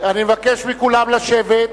אני מבקש מכולם לשבת.